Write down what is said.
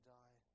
die